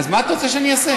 אז מה את רוצה שאני אעשה?